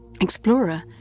explorer